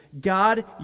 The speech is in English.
God